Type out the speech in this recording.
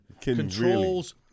controls